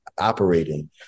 operating